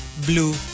blue